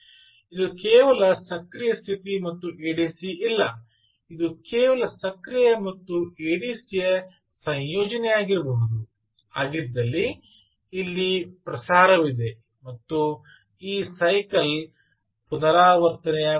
ಇದು ಕೇವಲ ಸಕ್ರಿಯ ಸ್ಥಿತಿ ಮತ್ತು ಎಡಿಸಿ ಇಲ್ಲ ಇದು ಕೇವಲ ಸಕ್ರಿಯ ಮತ್ತು ಎಡಿಸಿ ಯ ಸಂಯೋಜನೆಯಾಗಿರಬಹುದು ಆಗಿದ್ದಲ್ಲಿ ಇಲ್ಲಿ ಪ್ರಸಾರವಿದೆ ಮತ್ತು ಈ ಸೈಕಲ್ ಪುನರಾವರ್ತನೆಯಾಗುತ್ತದೆ